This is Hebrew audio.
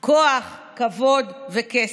כוח, כבוד וכסף.